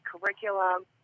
curriculum